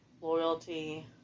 loyalty